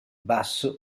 basso